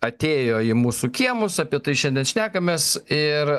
atėjo į mūsų kiemus apie tai šiandien šnekamės ir